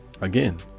Again